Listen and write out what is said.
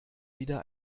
wieder